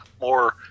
more